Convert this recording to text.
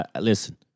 Listen